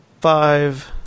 five